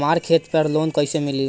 हमरा खेत पर लोन कैसे मिली?